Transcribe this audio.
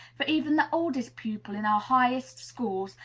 for even the oldest pupils in our highest schools,